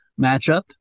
matchup